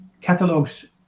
catalogs